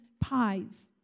pies